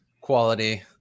quality